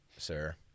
sir